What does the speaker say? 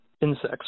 insects